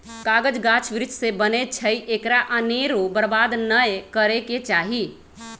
कागज गाछ वृक्ष से बनै छइ एकरा अनेरो बर्बाद नऽ करे के चाहि